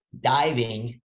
diving